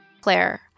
Claire